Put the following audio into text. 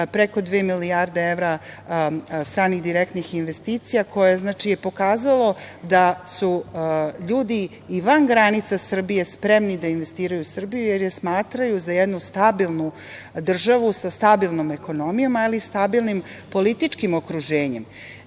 preko dve milijarde evra stranih direktnih investicija, koje je pokazalo da su ljudi i van granice Srbije spremni da investiraju u Srbiju, jer je smatraju za jednu stabilnu državu sa stabilnom ekonomijom, ali i stabilnim političkim okruženjem,